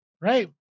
Right